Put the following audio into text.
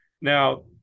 Now